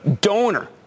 donor